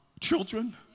children